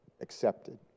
accepted